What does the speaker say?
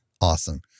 Awesome